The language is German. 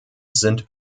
sind